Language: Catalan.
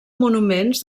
monuments